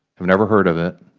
have never heard of it,